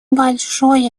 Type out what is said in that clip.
большой